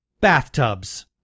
Bathtubs